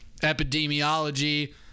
epidemiology